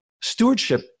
Stewardship